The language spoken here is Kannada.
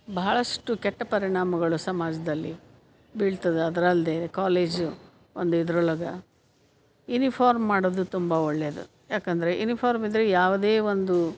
ಬಹಳಷ್ಟು ಕೆಟ್ಟ ಪರಿಣಾಮಗಳು ಸಮಾಜದಲ್ಲಿ ಬೀಳ್ತದೆ ಅದರಲ್ದೆ ಕಾಲೇಜು ಒಂದು ಇದ್ರೊಳಗೆ ಯುನಿಫಾರ್ಮ್ ಮಾಡೋದು ತುಂಬ ಒಳ್ಳೆಯದು ಯಾಕೆಂದರೆ ಯುನಿಫಾರ್ಮ್ ಇದ್ದರೆ ಯಾವುದೇ ಒಂದು